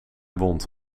wond